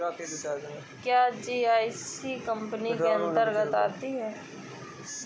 क्या GIC company इसके अन्तर्गत आती है?